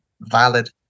valid